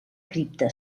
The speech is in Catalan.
cripta